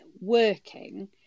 working